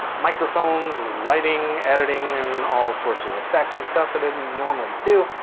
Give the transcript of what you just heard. microphones, lighting, editing, and all sorts of effects and stuff that i didn't normally do.